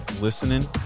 listening